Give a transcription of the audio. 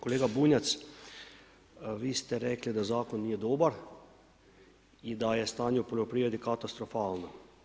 Kolega Bunjac, vi ste rekli da zakoni nije dobar i da je stanje u poljoprivredi katastrofalno.